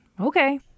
okay